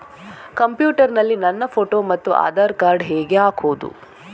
Computer ನಲ್ಲಿ ನನ್ನ photo ಮತ್ತು ಆಧಾರ್ ಕಾರ್ಡ್ ಹೇಗೆ ಹಾಕುವುದು?